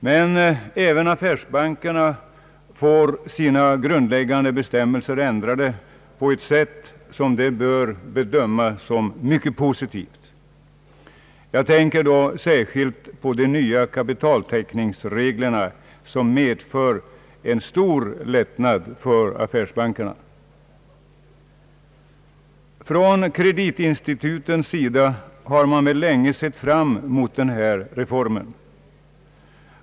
Men även affärsbankerna får sina grundläggande bestämmelser ändrade på ett sätt som de bör bedöma som mycket positivt — jag tänker då särskilt på de nya kapitaltäckningsreglerna som medför en stor lättnad för affärsbankerna. Från kreditinstitutens sida har man väl länge sett fram mot den här reformen.